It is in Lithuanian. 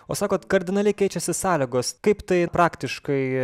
o sakot kardinaliai keičiasi sąlygos kaip tai praktiškai